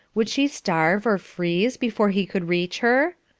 would she starve or freeze before he could reach her?